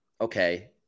okay